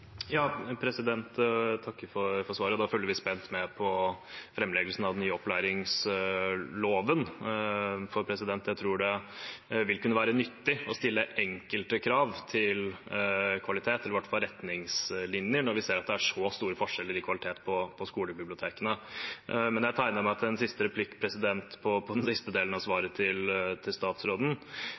vil kunne være nyttig å stille enkelte krav til kvalitet, i hvert fall retningslinjer, når vi ser at det er så store forskjeller i kvalitet på skolebibliotekene. Men jeg tegnet meg til en siste replikk på den siste delen av svaret til statsråden,